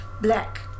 black